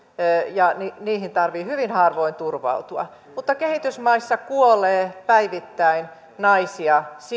ja niihin tarvitsee hyvin harvoin turvautua mutta kehitysmaissa kuolee päivittäin naisia siitä